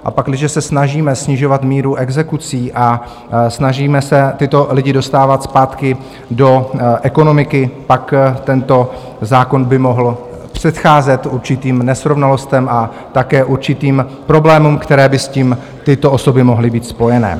A pakliže se snažíme snižovat míru exekucí a snažíme se tyto lidi dostávat zpátky do ekonomiky, pak tento zákon by mohl předcházet určitým nesrovnalostem a také určitým problémům, které by s tím tyto osoby mohly být spojené.